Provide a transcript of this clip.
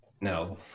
No